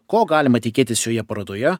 ko galima tikėtis šioje parodoje